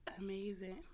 amazing